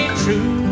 true